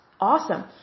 Awesome